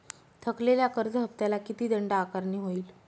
थकलेल्या कर्ज हफ्त्याला किती दंड आकारणी होईल?